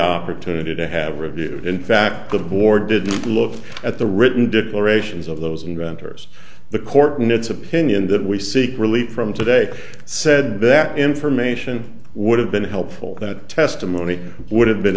opportunity to have reviewed in fact the board didn't look at the written deplore ations of those inventors the court in its opinion that we seek relief from today said that information would have been helpful that testimony would have been